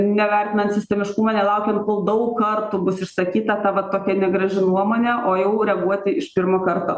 nevertinant sistemiškumo nelaukiant kol daug kartų bus išsakyta tokia negraži nuomonė o jau reaguoti iš pirmo karto